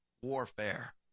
warfare